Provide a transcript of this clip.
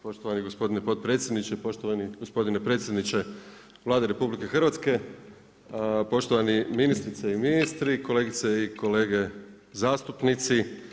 Poštovani gospodine potpredsjedniče, poštovani gospodine predsjedniče Vlade RH, poštovani ministrice i ministri, kolegice i kolege zastupnici.